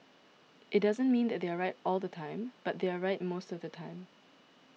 it doesn't mean they are right all the time but they are right most of the time